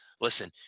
listen